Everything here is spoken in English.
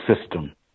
system